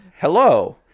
hello